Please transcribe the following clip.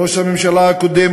ראש הממשלה הקודם,